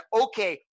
okay